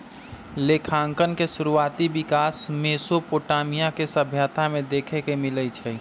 लेखांकन के शुरुआति विकास मेसोपोटामिया के सभ्यता में देखे के मिलइ छइ